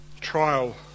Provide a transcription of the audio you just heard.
trial